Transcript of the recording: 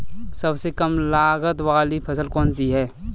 सबसे कम लागत वाली फसल कौन सी है?